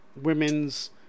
women's